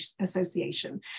Association